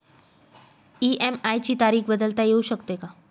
EMI ची तारीख बदलता येऊ शकते का?